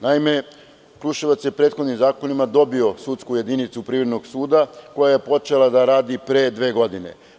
Naime, Kruševac je prethodnim zakonima dobio sudsku jedinicu privrednog suda koja je počela da radi pre dve godine.